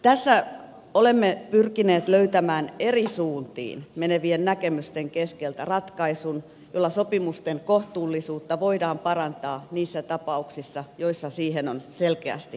tässä olemme pyrkineet löytämään eri suuntiin menevien näkemysten keskeltä ratkaisun jolla sopimusten kohtuullisuutta voidaan parantaa niissä tapauksissa joissa siihen on selkeästi aihetta